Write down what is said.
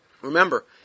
Remember